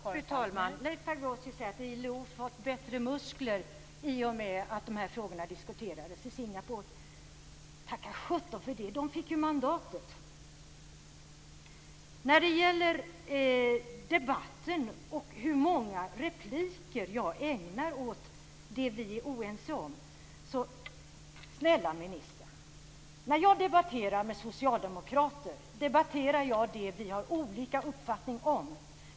Fru talman! Leif Pagrotsky säger att ILO fått bättre muskler i och med att de här frågorna diskuterades i Singapore. Tacka sjutton för det! Man fick ju mandatet! Sedan gällde det debatten och hur många repliker jag ägnar åt det vi är oense om. Snälla ministern! När jag debatterar med socialdemokrater debatterar jag det vi har olika uppfattning om.